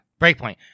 Breakpoint